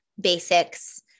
basics